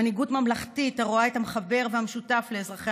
מנהיגות ממלכתית הרואה את המחבר והמשותף בין אזרחי